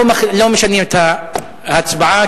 לא משנים את ההצבעה,